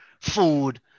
food